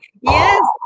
Yes